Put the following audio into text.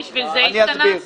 בשביל זה התכנסנו.